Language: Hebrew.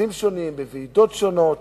בכנסים שונים, בוועידות שונות,